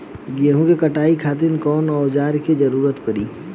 गेहूं के कटाई खातिर कौन औजार के जरूरत परी?